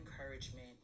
encouragement